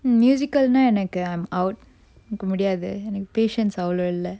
musical னா எனக்கு:na enakku I'm out கு முடியாது எனக்கு:ku mudiyathu enakku patience அவ்வளவு இல்ல:avvalavu illa